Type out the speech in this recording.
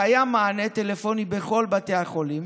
קיים מענה טלפוני בכל בתי החולים.